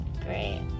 great